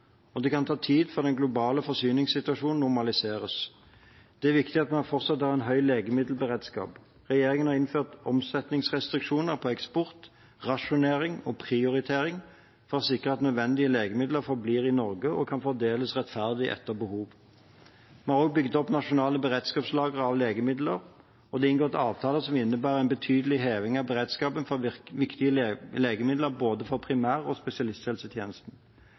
og det kan ta tid før den globale forsyningssituasjonen normaliseres. Det er viktig at vi fortsatt har høy legemiddelberedskap. Regjeringen har innført omsetningsrestriksjoner på eksport, rasjonering og prioritering for å sikre at nødvendige legemidler forblir i Norge og kan fordeles rettferdig etter behov. Vi har også bygd opp nasjonale beredskapslagre av legemidler, og det er inngått avtaler som innebærer en betydelig heving av beredskapen for viktige legemidler for både primær- og spesialisthelsetjenesten.